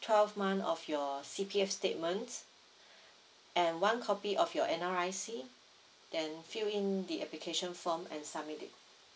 twelve month of your C_P_F statements and one copy of your N_R_I_C then fill in the application form and submit it